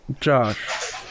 Josh